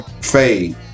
Fade